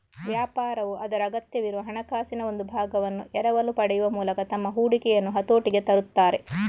ವ್ಯಾಪಾರವು ಅದರ ಅಗತ್ಯವಿರುವ ಹಣಕಾಸಿನ ಒಂದು ಭಾಗವನ್ನು ಎರವಲು ಪಡೆಯುವ ಮೂಲಕ ತಮ್ಮ ಹೂಡಿಕೆಯನ್ನು ಹತೋಟಿಗೆ ತರುತ್ತಾರೆ